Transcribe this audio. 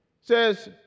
says